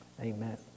Amen